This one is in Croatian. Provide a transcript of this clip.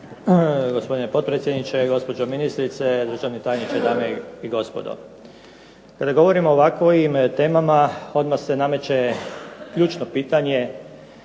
Gospodine potpredsjedniče, gospođo ministrice, državni tajniče, dame i gospodo. Kada govorim ovako o ovim temama odmah se nameće ključno pitanje,